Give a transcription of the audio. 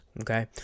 Okay